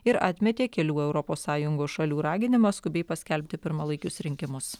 ir atmetė kelių europos sąjungos šalių raginimą skubiai paskelbti pirmalaikius rinkimus